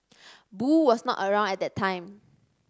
Boo was not around at the time